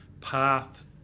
path